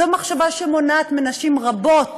זו מחשבה שמונעת מנשים רבות